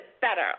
better